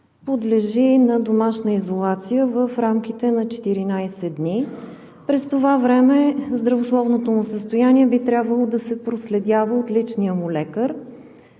подлежи на домашна изолация в рамките на 14 дни. През това време здравословното му състояние би трябвало да се проследява от личния му лекар.